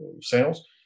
sales